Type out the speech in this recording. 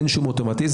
אין שום אוטומטיזם.